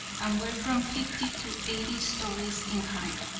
and were from fifty to eighty stories in height.